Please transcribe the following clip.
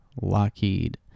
Lockheed